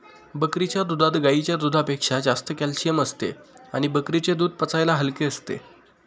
बकरीच्या दुधात गाईच्या दुधापेक्षा जास्त कॅल्शिअम असते आणि बकरीचे दूध पचायला हलके असते